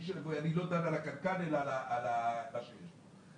ואני לא דן על הקנקן אלא על מה שיש בו.